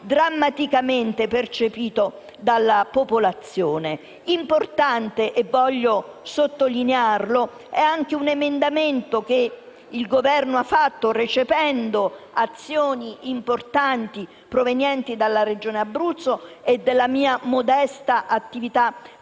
drammaticamente percepito dalla popolazione. Importante - voglio sottolinearlo - è anche un emendamento presentato dal Governo, recependo azioni importanti provenienti dalla Regione Abruzzo e dalla mia modesta attività parlamentare,